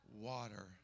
water